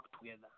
together